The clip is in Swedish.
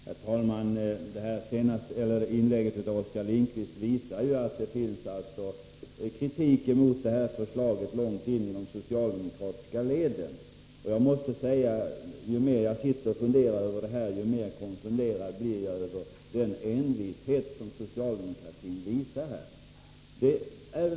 Herr talman! Detta inlägg av Oskar Lindkvist visar att det finns kritik mot förslaget långt in i de socialdemokratiska leden. Ju mer jag sitter och funderar på detta, desto mer konfunderad blir jag över den envishet socialdemokratin visar.